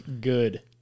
good